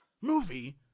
movie